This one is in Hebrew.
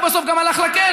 הוא בסוף גם הלך לכלא.